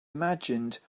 imagined